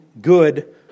good